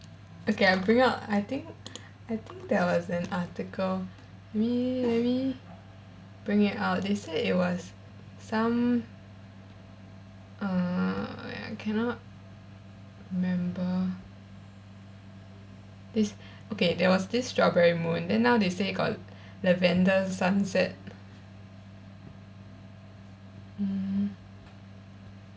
okay I bring out I think I think there was an article let me let me bring it out they said it was some uh wait I cannot remember this okay there was this strawberry moon then now they say got lavender sunset mm